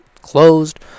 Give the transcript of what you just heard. closed